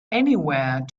anywhere